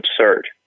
absurd